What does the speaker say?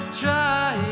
try